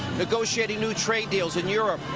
negotiating new trade deals in europe,